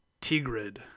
Tigrid